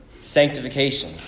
sanctification